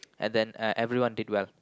and then everyone did well